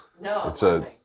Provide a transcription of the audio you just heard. No